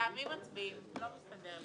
מי נגד?